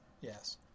Yes